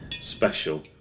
special